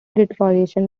deterioration